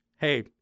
hey